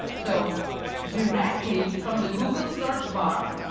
so directly from the google search bar,